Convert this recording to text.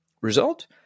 Result